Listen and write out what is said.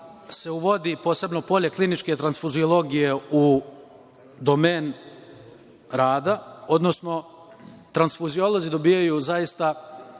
se uvodi posebno polje kliničke transfuziologije u domenu rada, odnosno transfuziolozi dobijaju zaista